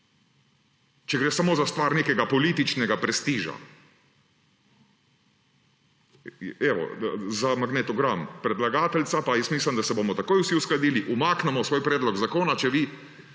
Če gre samo za stvar nekega političnega prestiža. Evo, za magnetogram, predlagateljica, pa mislim, da se bomo takoj vsi uskladili, umaknemo svoj predlog zakona, če vi